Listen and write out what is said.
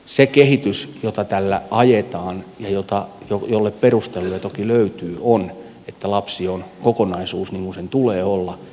se kehitys jota tällä ajetaan ja jolle perusteluja toki löytyy on että lapsi on kokonaisuus niin kuin sen tulee olla